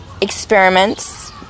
experiments